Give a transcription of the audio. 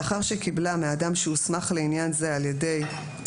לאחר שקיבלה מאדם שהוסמך לעניין זה על ידי --- זה